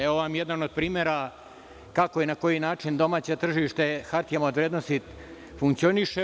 Evo vam jedan od primera kako i na koji način domaće tržište hartijama od vrednosti funkcioniše.